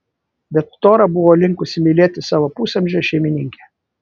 bet tora buvo linkusi mylėti savo pusamžę šeimininkę